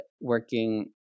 working